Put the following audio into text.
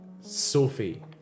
Sophie